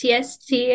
TST